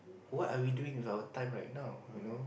what are we doing with our time right now you know